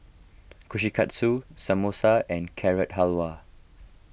Kushikatsu Samosa and Carrot Halwa